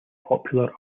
popular